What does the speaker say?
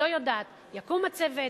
לא יודעת: יקום הצוות,